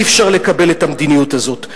אי-אפשר לקבל את המדיניות הזאת.